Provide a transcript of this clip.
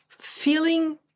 feeling